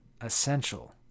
essential